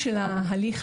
זה ברור.